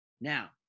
Now